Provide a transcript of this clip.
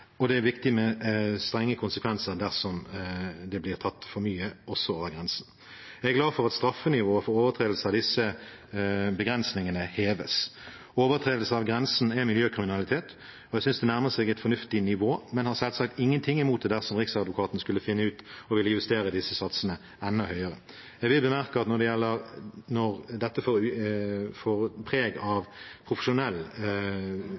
og det er viktig med strenge konsekvenser dersom det blir tatt for mye, også over grensen. Jeg er glad for at straffenivået for overtredelse av disse begrensningene heves. Overtredelse av grensene er miljøkriminalitet, og jeg synes de nærmer seg et fornuftig nivå, men jeg har selvsagt ingenting imot om Riksadvokaten skulle finne ut at vi bør justere disse satsene enda høyere. Jeg vil bemerke at når dette får et preg